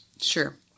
Sure